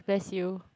bless you